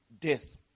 death